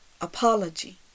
apology